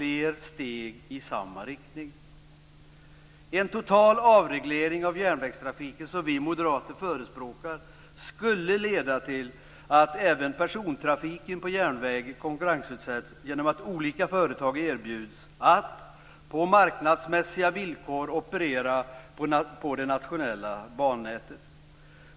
En total avreglering av järnvägstrafiken, som vi moderater förespråkar, skulle leda till att även persontrafiken på järnväg konkurrensutsätts genom att olika företag erbjuds att på marknadsmässiga villkor operera på det nationella bannätet.